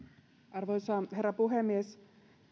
arvoisa herra puhemies